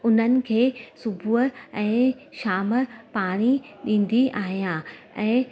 उन्हनि खे सुबूह ऐं शाम पाणी ॾींदी आहियां ऐं